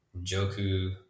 Joku